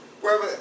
wherever